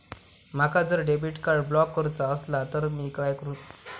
माका जर debit card block करूचा असला तर मी काय करू?